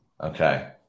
Okay